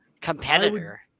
competitor